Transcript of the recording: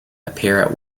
appear